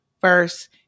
first